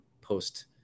post